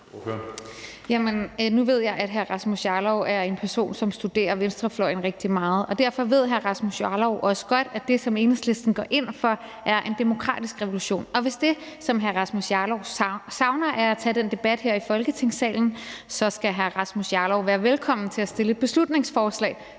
nu ved jeg, at hr. Rasmus Jarlov er en person, som studerer venstrefløjen rigtig meget, og derfor ved hr. Rasmus Jarlov også godt, at det, som Enhedslisten går ind for, er en demokratisk revolution. Hvis det, som hr. Rasmus Jarlov savner, er at tage den debat her i Folketingssalen, så skal hr. Rasmus Jarlov være velkommen til at fremsætte et beslutningsforslag,